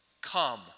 come